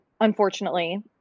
unfortunately